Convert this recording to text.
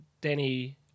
Danny